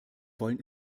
wollen